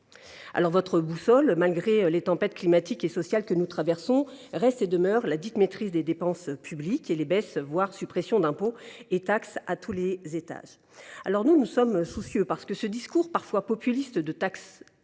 Votre boussole, malgré les tempêtes climatique et sociale que nous traversons, reste et demeure la dite « maîtrise des dépenses publiques » et les baisses, voire suppressions, d’impôts et de taxes à tous les étages. Pour notre part, nous sommes soucieux, car ce discours populiste de est politiquement